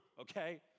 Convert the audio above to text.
okay